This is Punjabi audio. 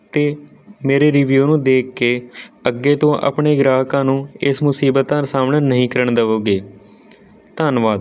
ਅਤੇ ਮੇਰੇ ਰਿਵਿਊ ਨੂੰ ਦੇਖ ਕੇ ਅੱਗੇ ਤੋਂ ਆਪਣੇ ਗ੍ਰਾਹਕਾਂ ਨੂੰ ਇਸ ਮੁਸੀਬਤਾਂ ਦਾ ਸਾਹਮਣਾ ਨਹੀਂ ਕਰਨ ਦੇਵੋਂਗੇ ਧੰਨਵਾਦ